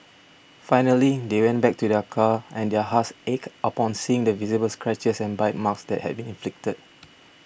finally they went back to their car and their hearts ached upon seeing the visible scratches and bite marks that had been inflicted